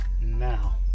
now